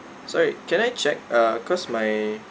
sorry can I check uh cause my